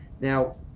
Now